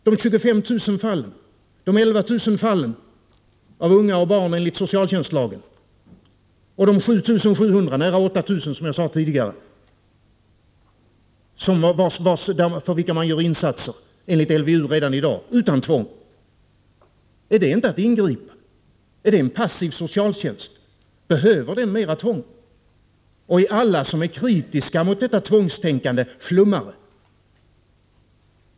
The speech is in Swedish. Men de 11 000 fallen av unga och barn som behandlas enligt socialtjänstlagen och de 7 700, nära 8 000 som jag sade tidigare, för vilka man gör insatser enligt LVU redan i dag — utan tvång —, är det inte att ingripa? Är det en passiv socialtjänst? Behöver den mera tvång? Och är alla som är kritiska mot detta tvångstänkande flummare?